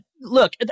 look